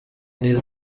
نیز